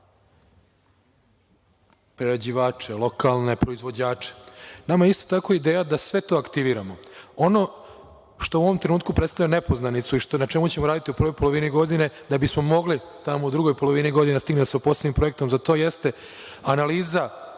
prerađivače, lokalne proizvođače. Nama je isto tako ideja da sve to aktiviramo. Ono što u ovom trenutku predstavlja nepoznanicu i na čemu ćemo raditi u prvoj polovini godine, da bismo mogli tamo u drugoj polovini godine da stignemo sa posebnim projektom za to, jeste analiza